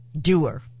doer